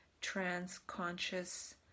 trans-conscious